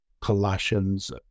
Colossians